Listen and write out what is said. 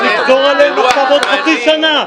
תחזור אלינו עכשיו עוד חצי שנה,